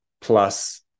plus